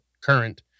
current